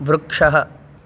वृक्षः